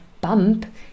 bump